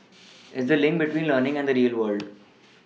it's the link between learning and the real world